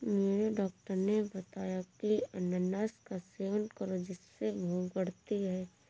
मेरे डॉक्टर ने बताया की अनानास का सेवन करो जिससे भूख बढ़ती है